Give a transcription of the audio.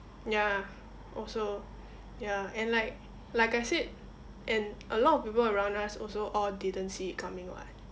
ya also ya and like like I said and a lot of people around us also all didn't see it coming [what]